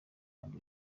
ari